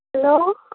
hello